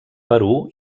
perú